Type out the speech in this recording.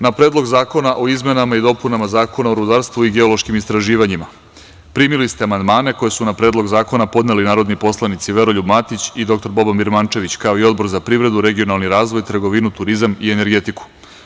Na Predlog zakona o izmenama i dopunama Zakona o rudarstvu i geološkim istraživanjima, primili ste amandmane koje su na Predlog zakona podneli narodni poslanici Veroljub Matić i dr Boban Birmančević, kao i Odbor za privredu, regionalni razvoj, trgovinu, turizam i energetiku.